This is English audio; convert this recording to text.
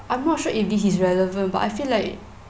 I'm not sure if this is relevant but I feel like